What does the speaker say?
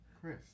Chris